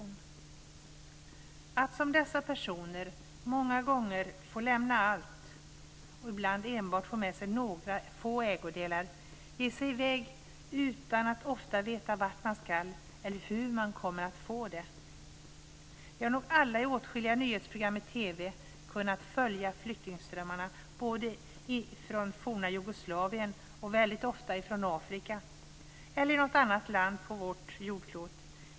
Tänk att som dessa personer många gånger få lämna allt, och ibland enbart få med sig några få ägodelar, och att ge sig i väg, ofta utan att veta vart man ska eller hur man kommer att få det! Vi har nog alla i åtskilliga nyhetsprogram i TV kunnat följa flyktingströmmarna både från forna Jugoslavien och väldigt ofta även från Afrika eller något annat land på vårt jordklot.